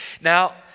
Now